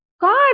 God